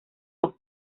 las